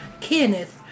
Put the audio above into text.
Kenneth